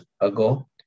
ago